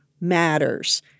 matters